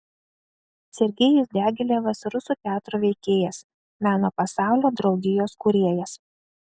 sergejus diagilevas rusų teatro veikėjas meno pasaulio draugijos kūrėjas